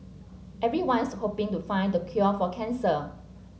everyone's hoping to find the cure for cancer